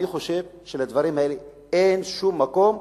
אני חושב שלדברים האלה אין שום מקום,